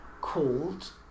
called